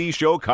show